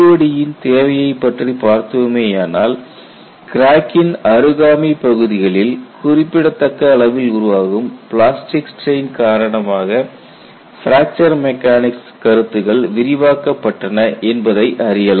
COD ன் தேவையை பற்றி பார்த்தோமேயானால் கிராக்கின் அருகாமை பகுதிகளில் குறிப்பிடத்தக்க அளவில் உருவாகும் பிளாஸ்டிக் ஸ்ட்ரெயின் காரணமாக பிராக்சர் மெக்கானிக்ஸ் கருத்துக்கள் விரிவாக்கப்பட்டன என்பதை அறியலாம்